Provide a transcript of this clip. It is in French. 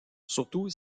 surtout